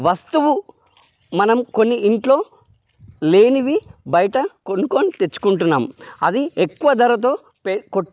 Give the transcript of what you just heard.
వస్తువు మనం కొన్ని ఇంట్లో లేనివి బయట కొనుక్కొని తెచ్చుకుంటున్నాం అది ఎక్కువ ధరతో పె కో